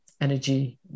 energy